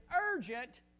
urgent